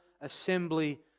Assembly